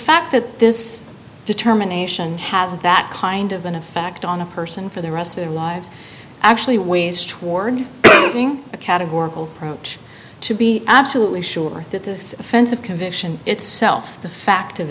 fact that this determination has that kind of an effect on a person for the rest of their lives actually ways toward being a categorical roach to be absolutely sure that this offensive conviction itself the fact of